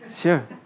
Sure